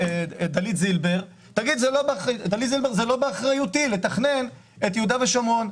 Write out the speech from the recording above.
שדלית זילבר אומרת: " זה לא באחריותי לתכנן את יהודה ושומרון".